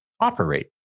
operate